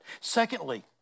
Secondly